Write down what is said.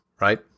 right